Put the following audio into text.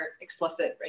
explicit